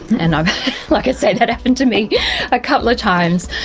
and um like i said, that happened to me a couple of times,